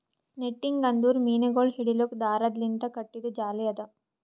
netting ಅಂದುರ್ ಮೀನಗೊಳ್ ಹಿಡಿಲುಕ್ ದಾರದ್ ಲಿಂತ್ ಕಟ್ಟಿದು ಜಾಲಿ ಅದಾ